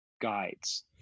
guides